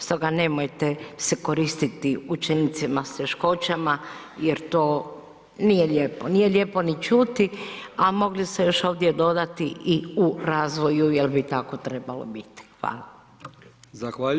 Stoga nemojte se koristiti učenicima s teškoćama jer to nije lijepo, nije lijepo ni čuti a mogli ste još ovdje dodati i u razvoju jer bi tako trebalo biti.